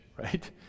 right